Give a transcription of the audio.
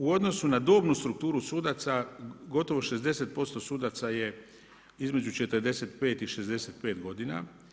U odnosu na dobnu strukturu sudaca gotovo 60% sudaca je između 45 i 65 godina.